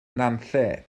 nantlle